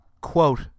quote